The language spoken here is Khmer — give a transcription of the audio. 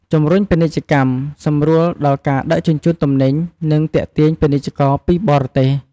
ជំរុញពាណិជ្ជកម្ម សម្រួលដល់ការដឹកជញ្ជូនទំនិញ និងទាក់ទាញពាណិជ្ជករពីបរទេស។